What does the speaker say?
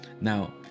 now